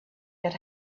that